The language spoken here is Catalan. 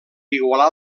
igualar